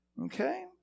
Okay